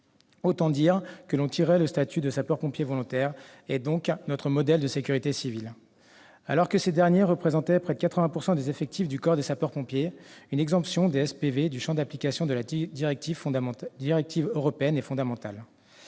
Autant dire que l'on tuerait le statut de sapeur-pompier volontaire, et donc notre modèle de sécurité civile. Alors qu'ils représentent près de 80 % des effectifs du corps des sapeurs-pompiers, une exemption des SPV du champ d'application de la directive européenne est fondamentale.